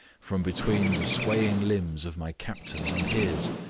from between the swaying limbs of my captors and his.